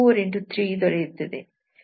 3 ದೊರೆಯುತ್ತದೆ